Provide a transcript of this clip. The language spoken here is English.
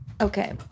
Okay